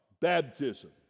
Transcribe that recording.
baptism